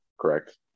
correct